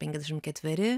penkiasdešim ketveri